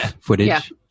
footage